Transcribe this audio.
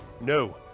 No